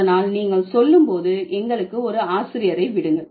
அதனால் நீங்கள் சொல்லும் போது எங்களுக்கு ஒரு ஆசிரியரை விடுங்கள்